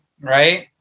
right